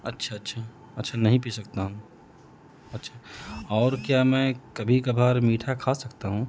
اچھا اچھا اچھا نہیں پی سکتا ہوں اچھا اور کیا میں کبھی کبھار میٹھا کھا سکتا ہوں